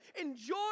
Enjoy